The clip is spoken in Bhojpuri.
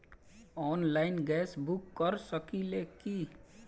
आनलाइन गैस बुक कर सकिले की?